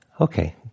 Okay